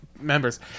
members